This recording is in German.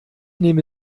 nehme